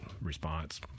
response